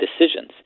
decisions